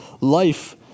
life